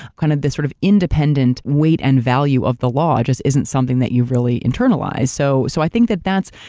kind of this sort of independent weight and value of the law, just isn't something that you really internalized. so so i think that, that's.